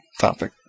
topic